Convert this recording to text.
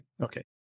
Okay